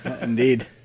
Indeed